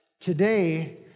Today